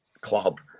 club